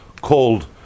called